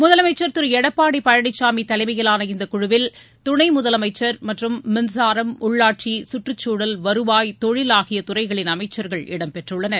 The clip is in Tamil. முதலமைச்சர் திரு எடப்பாடி பழனிசாமி தலைமையிலான இந்த குழுவில் துணை முதலமைச்சர் மற்றும் மின்சாரம் உள்ளாட்சி சுற்றுச்சூழல் வருவாய் தொழில் ஆகிய துறைகளின் அமைச்சர்கள் இடம்பெற்றுள்ளனர்